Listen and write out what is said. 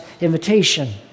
invitation